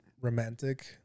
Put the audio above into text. romantic